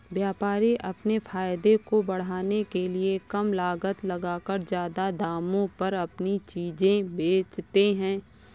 व्यापारी अपने फायदे को बढ़ाने के लिए कम लागत लगाकर ज्यादा दामों पर अपनी चीजें बेचते है